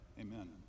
Amen